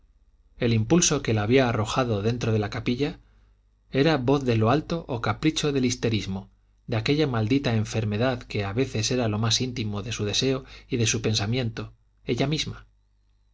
el impulso que la había arrojado dentro de la capilla era voz de lo alto o capricho del histerismo de aquella maldita enfermedad que a veces era lo más íntimo de su deseo y de su pensamiento ella misma